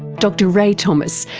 dr rae thomas,